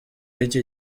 y’iki